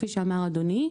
כפי שאמר אדוני,